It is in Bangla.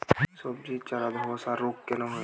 সবজির চারা ধ্বসা রোগ কেন হয়?